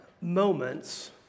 moments